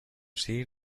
see